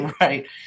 right